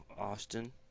Austin